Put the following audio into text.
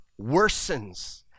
worsens